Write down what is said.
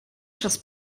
przez